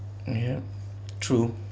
ya true